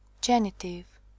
Genitive